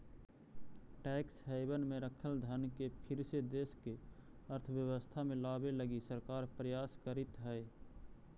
tax haven में रखल धन के फिर से देश के अर्थव्यवस्था में लावे लगी सरकार प्रयास करीतऽ हई